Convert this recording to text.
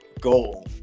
goal